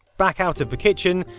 back out of the kitchen,